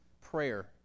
prayer